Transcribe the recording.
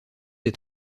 des